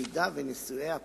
אם נישואיה פקעו,